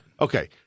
Okay